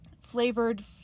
flavored